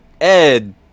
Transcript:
Ed